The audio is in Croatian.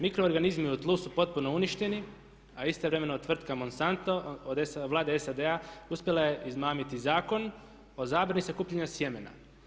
Mikroorganizmi u tlu su potpuno uništeni a istovremeno tvrtka … [[Ne razumije se.]] od Vlade SAD-a uspjela je izmamiti Zakon o zabrani sakupljanja sjemena.